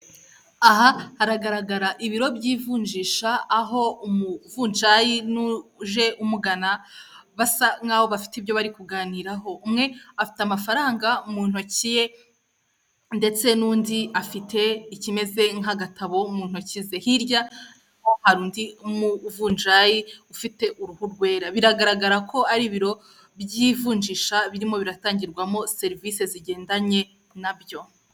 Aha haragaragara ibiro by'ivunjisha aho umuvunjayi n'uje umugana basa nkaho bafite ibyo bari kuganiraho umwe afite amafaranga mu ntoki ye ndetse n'undi afite ikimeze nk'agatabo mu ntoki ze, hirya ho hari undi muvunjayi ufite uruhu rwera biragaragara ko ari ibiro by'ivunjisha birimo biratangirwamo serivisi zigendanye nabyo.